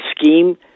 scheme